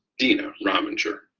deana rominger.